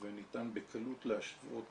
וניתן בקלות להשוות